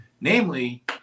Namely